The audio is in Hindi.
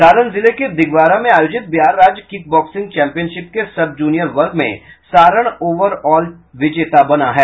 सारण जिले के दिघवारा में आयोजित बिहार राज्य किक बॉक्सिंग चैंपियनशिप के सब जूनियर वर्ग में सारण ओवर ऑल विजेता बना है